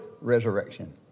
resurrection